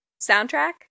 soundtrack